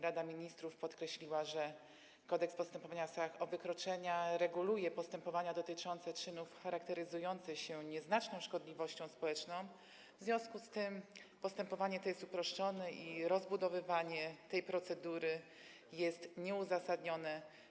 Rada Ministrów podkreśliła, że Kodeks postępowania w sprawach o wykroczenia reguluje postępowania dotyczące czynów charakteryzujących się nieznaczną szkodliwością społeczną, w związku z tym postępowanie to jest uproszczone i rozbudowywanie tej procedury jest nieuzasadnione.